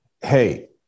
hey